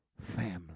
family